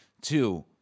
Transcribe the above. Two